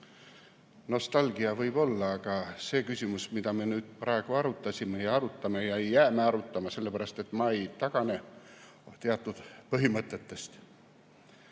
Nostalgia võib olla, aga see küsimus, mida me praegu arutasime ja arutame – ja jääme arutama, sellepärast et ma ei tagane teatud põhimõtetest